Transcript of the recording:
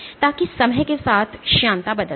ताकि समय के साथ श्यानता बदल जाए